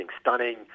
stunning